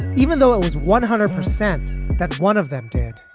even though it was one hundred percent that one of them did.